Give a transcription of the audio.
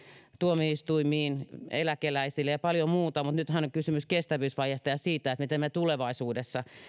tuomioistuimiin eläkeläisille ja paljon muuta mutta nythän on kysymys kestävyysvajeesta ja siitä miten me tulevaisuudessa